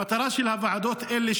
המטרה של הוועדות האלה,